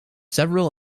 several